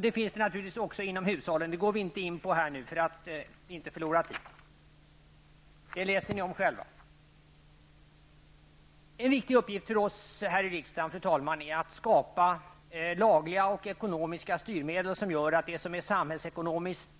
Det finns naturligtvis mycket att göra även inom hushållen. Det går vi inte in på här för att inte förlora tid. Det läser ni om själva. En viktig uppgift för oss här i riksdagen, fru talman, är att skapa lagliga och ekonomiska styrmedel som gör att det som är samhällsekonomiskt